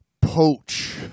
poach